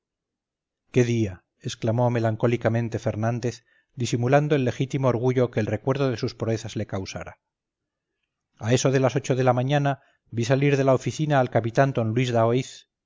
qué día exclamó melancólicamente fernández disimulando el legítimo orgullo que el recuerdo de sus proezas le causara a eso de las ocho de la mañana vi salir de la oficina al capitán d luis daoíz